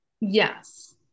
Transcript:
Yes